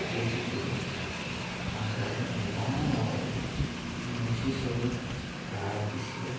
ಅಳಿಸುತ್ತಿದೆ ಅಂದರೆ ನಿಧಾನವಾಗಿ ನಶಿಸಲು ಪ್ರಾರಂಭಿಸಿದೆ